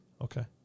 Okay